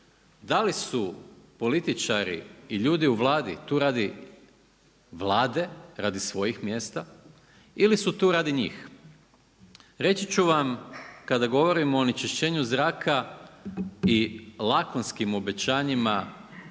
da li su političari i ljudi u Vladi tu radi Vlade, radi svojih mjesta ili su tu radi njih. Reći ću vam kada govorimo o onečišćenju zraka i lakonskim obećanjima